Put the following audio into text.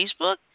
Facebook